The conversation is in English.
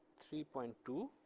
three point two